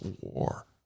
war